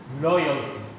loyalty